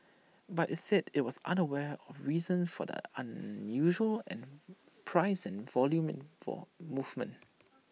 but IT said IT was unaware of reasons for the unusual and price and volume for movement